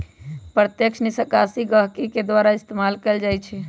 प्रत्यक्ष निकासी गहकी के द्वारा इस्तेमाल कएल जाई छई